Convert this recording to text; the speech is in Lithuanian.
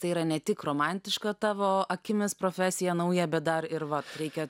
tai yra ne tik romantišką tavo akimis profesiją naują bet dar ir va reikia